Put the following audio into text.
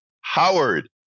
Howard